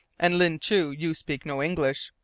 and, ling chu, you speak no english.